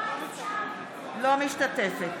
לא משתתפת,